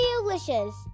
delicious